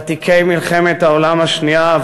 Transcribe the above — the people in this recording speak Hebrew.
ותיקי מלחמת העולם השנייה,